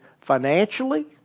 financially